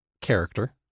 character